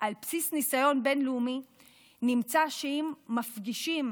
על בסיס ניסיון בין-לאומי נמצא שאם מפגישים